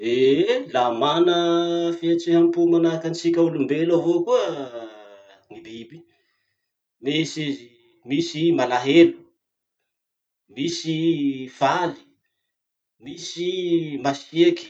Eh eh la mana fihetseham-po manahaky antsika olom-belo avao koa gny biby. Misy izy, misy i malahelo, misy i faly, misy i masiaky.